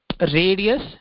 radius